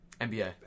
NBA